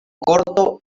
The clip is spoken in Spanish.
corto